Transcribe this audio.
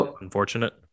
unfortunate